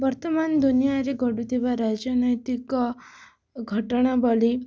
ବର୍ତ୍ତମାନ ଦୁନିଆରେ ଗଢ଼ୁଥିବା ରାଜନୈତିକ ଘଟଣାବଳୀ